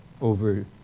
over